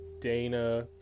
Dana